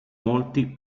molti